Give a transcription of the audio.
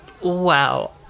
wow